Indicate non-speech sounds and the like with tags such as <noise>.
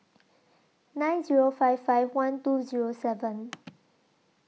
nine Zero five five one two Zero seven <noise>